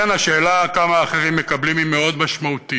כן, השאלה כמה אחרים מקבלים היא מאוד משמעותית.